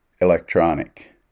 electronic